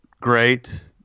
great